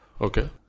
Okay